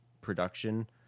production